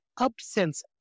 absence